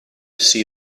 see